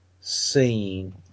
seen